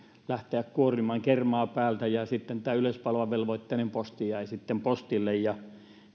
lähteä kuorimaan kermaa päältä mutta tämä yleispalveluvelvoitteinen posti jäi postille ja